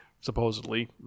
supposedly